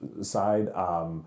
side